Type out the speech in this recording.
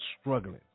struggling